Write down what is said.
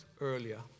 earlier